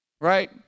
right